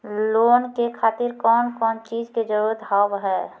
Loan के खातिर कौन कौन चीज के जरूरत हाव है?